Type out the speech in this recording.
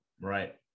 Right